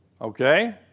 okay